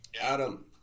Adam